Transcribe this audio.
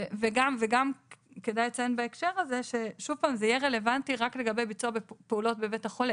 ייתכן שיש פלבוטומיסט שהוא בעל מקצוע אחר.